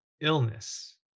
illness